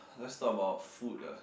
let's talk about food ah